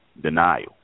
denial